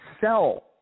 sell –